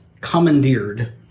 commandeered